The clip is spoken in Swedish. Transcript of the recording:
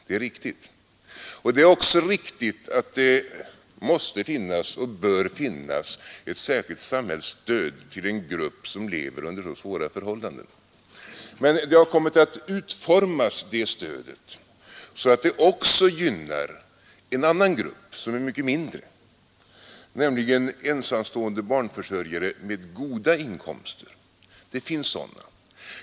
Det är riktigt att det måste finnas ett särskilt samhällsstöd till en grupp som lever under så svåra förhållanden, men det stödet har kommit att utformas så, att det också gynnar en annan grupp som är mycket mindre, nämligen ensamstående barnförsörjare med goda inkomster. Det finns sådana.